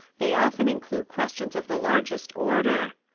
they often include questions of the largest order.